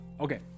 Okay